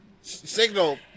Signal